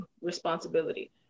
responsibility